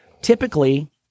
Typically